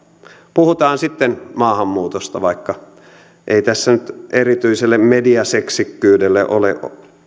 puhutaan sitten vaikka maahanmuutosta ei tässä nyt erityiselle mediaseksikkyydelle ole